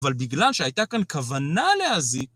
אבל בגלל שהייתה כאן כוונה להזיק